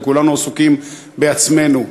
כי כולנו עסוקים בעצמנו,